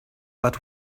but